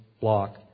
block